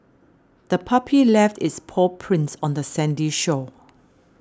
the puppy left its paw prints on the sandy shore